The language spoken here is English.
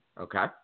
Okay